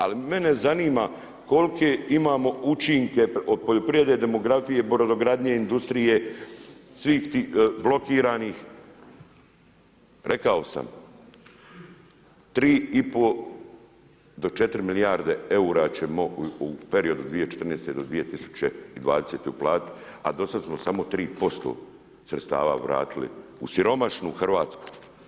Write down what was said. Ali, mene zanima, koliko imamo učinke od poljoprivrede, demografije, demo gradnje industrije, svih tih, blokiranih, rekao samo 3,5 do 4 milijarde eura, ćemo u periodu od 2014.-2020. uplatiti, a do sada smo samo 3% sredstava vratili u siromašnu Hrvatsku.